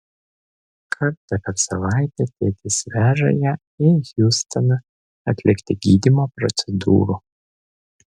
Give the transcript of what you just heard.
kartą per savaitę tėtis veža ją į hjustoną atlikti gydymo procedūrų